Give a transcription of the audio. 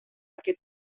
aquest